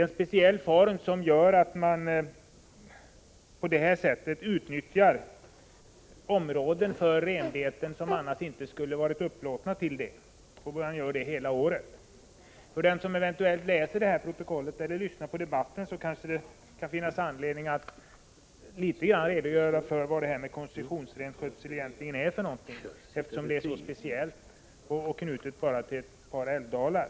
Denna speciella form innebär att man utnyttjar områden för renbete som annars inte skulle ha varit upplåtna för det och att man gör det hela året. För den som eventuellt läser detta protokoll eller lyssnar på debatten kanske det kan finnas anledning att något redogöra för vad koncessionsrenskötsel egentligen är eftersom det är så speciellt och förekommer bara i ett par älvdalar.